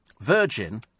Virgin